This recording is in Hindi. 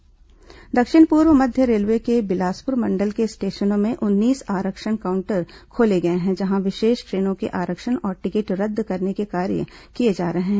रेलवे आरक्षण काउंटर दक्षिण पूर्व मध्य रेलवे के बिलासपुर मंडल के स्टेशनों में उन्नीस आरक्षण काउंटर खोले गए हैं जहां विशेष ट्रेनों के आरक्षण और टिकट रद्द करने के कार्य किए जा रहे हैं